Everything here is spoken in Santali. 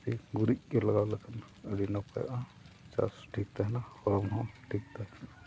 ᱜᱩᱨᱤᱡ ᱜᱮ ᱞᱟᱜᱟᱣ ᱞᱮᱠᱷᱟᱱ ᱟᱹᱰᱤ ᱱᱟᱯᱟᱭᱚᱜᱼᱟ ᱪᱟᱥ ᱴᱷᱤᱠ ᱛᱟᱦᱮᱱᱟ ᱦᱚᱲᱢ ᱦᱚᱸ ᱴᱷᱤᱠ ᱛᱟᱦᱮᱱᱟ